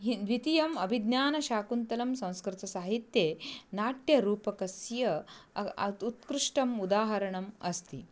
हि द्वितीयम् अभिज्ञानशाकुन्तलं संस्कृतसाहित्ये नाट्यरूपकस्य उत्कृष्टम् उदाहरणम् अस्ति